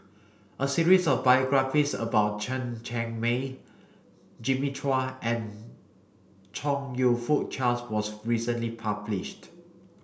a series of biographies about Chen Cheng Mei Jimmy Chua and Chong You Fook Charles was recently published